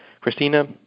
Christina